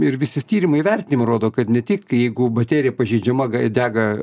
ir visis tyrimai vertinimai rodo kad ne tik jeigu baterija pažeidžiama gai dega